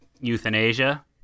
euthanasia